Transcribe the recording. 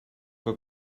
que